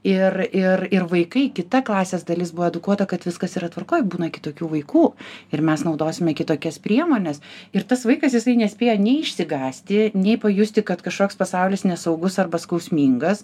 ir ir ir vaikai kita klasės dalis buvo edukuota kad viskas yra tvarkoj būna kitokių vaikų ir mes naudosime kitokias priemones ir tas vaikas jisai nespėjo nei išsigąsti nei pajusti kad kažkoks pasaulis nesaugus arba skausmingas